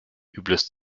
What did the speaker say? übles